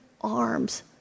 arms